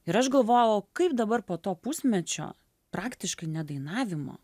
ir aš galvojau kaip dabar po to pusmečio praktiškai nedainavimo